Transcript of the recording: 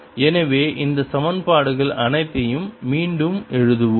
எனவே இந்த சமன்பாடுகள் அனைத்தையும் மீண்டும் எழுதுவோம்